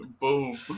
Boom